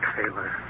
Taylor